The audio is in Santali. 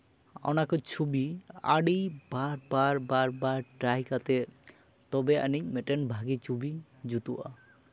ᱚᱱᱟ ᱠᱚ ᱪᱷᱚᱵᱤ ᱟᱹᱰᱤ ᱵᱟᱨ ᱵᱟᱨ ᱵᱟᱨ ᱴᱨᱟᱭ ᱠᱟᱛᱮᱜ ᱛᱚᱵᱮ ᱟᱹᱱᱤᱡ ᱢᱤᱫᱴᱮᱱ ᱵᱷᱟᱹᱜᱤ ᱪᱷᱚᱵᱤ ᱡᱩᱛᱩᱜᱼᱟ